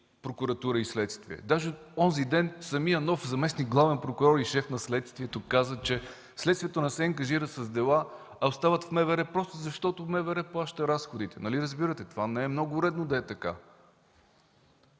прокуратура и следствие. Даже онзиден самият нов заместник главен прокурор и шеф на Следствието каза, че следствието не се ангажира с дела, а остават в МВР просто защото МВР плаща разходите. Нали разбирате, това не е много редно да е така?